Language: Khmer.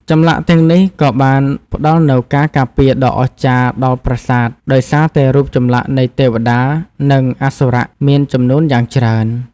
ចម្លាក់ទាំងនេះក៏បានផ្តល់នូវការការពារដ៏អស្ចារ្យដល់ប្រាសាទដោយសារតែរូបចម្លាក់នៃទេវតា និងអសុរៈមានចំនួនយ៉ាងច្រើន។